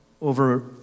over